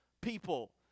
people